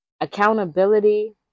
accountability